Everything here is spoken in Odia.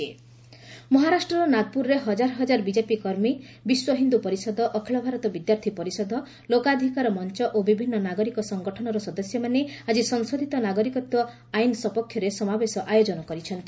ନାଗପ୍ରର ସିଏଏ ର୍ୟାଲି ମହାରାଷ୍ଟ୍ରର ନାଗପୁରରେ ହଜାର ହଜାର ବିକେପି କର୍ମୀ ବିଶ୍ୱ ହିନ୍ଦୁ ପରିଷଦ ଅଖଳ ଭାରତ ବିଦ୍ୟାର୍ଥୀ ପରିଷଦ ଲୋକାଧିକାର ମଞ୍ଚ ଓ ବିଭିନ୍ନ ନାଗରିକ ସଙ୍ଗଠନର ସଦସ୍ୟମାନେ ଆଜି ସଂଶୋଧିତ ନାଗରିକତ୍ୱ ଆଇନ ସପକ୍ଷରେ ସମାବେଶ ଆୟୋଜନ କରିଛନ୍ତି